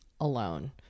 alone